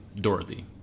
Dorothy